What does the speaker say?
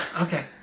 Okay